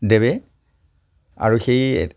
দেৱে আৰু সেই